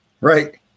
Right